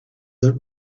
that